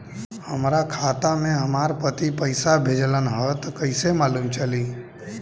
हमरा खाता में हमर पति पइसा भेजल न ह त कइसे मालूम चलि?